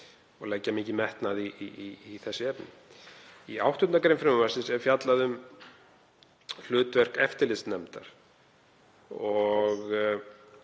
og leggja mikinn metnað í þessi efni. Í 8. gr. frumvarpsins er fjallað um hlutverk eftirlitsnefndar og